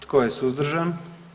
Tko je suzdržan?